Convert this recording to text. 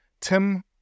Tim